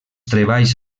treballs